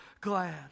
glad